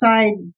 Side